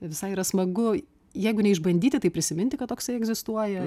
visai yra smagu jeigu neišbandyti tai prisiminti kad toksai egzistuoja